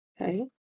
Okay